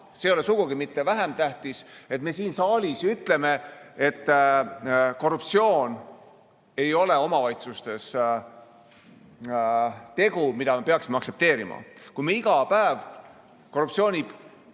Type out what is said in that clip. see ei ole sugugi mitte vähem tähtis, et me siin saalis ütleme, et korruptsioon ei ole omavalitsustes tegu, mida me peaksime aktsepteerima. Kui me iga päev korruptsiooni